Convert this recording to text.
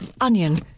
onion